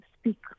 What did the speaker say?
speak